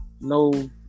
no